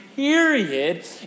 Period